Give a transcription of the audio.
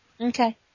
Okay